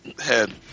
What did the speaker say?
head